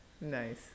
nice